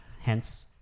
hence